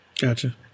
Gotcha